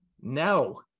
no